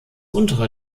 untere